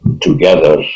together